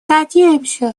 надеемся